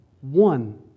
one